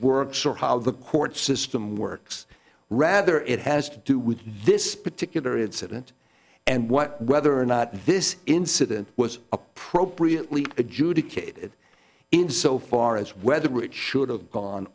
works or how the court system works rather it has to do with this particular incident and what whether or not this incident was appropriately adjudicated in so far as whether it should have gone